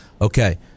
okay